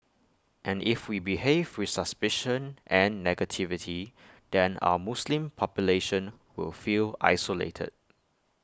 and if we behave with suspicion and negativity then our Muslim population will feel isolated